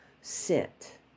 sit